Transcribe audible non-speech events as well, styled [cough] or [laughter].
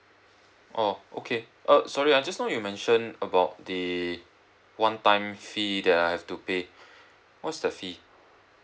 oh okay uh sorry ah just now you mentioned about the one time fee that I have to pay [breath] what's the fee